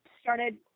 started